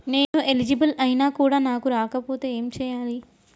నేను ఎలిజిబుల్ ఐనా కూడా నాకు రాకపోతే ఏం చేయాలి?